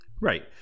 Right